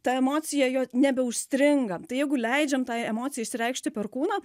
ta emocija jau nebe užstringa tai jeigu leidžiam tai emocijai išreikšti per kūną